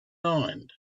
mind